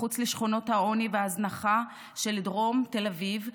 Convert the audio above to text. מחוץ לשכונות העוני וההזנחה של דרום תל אביב,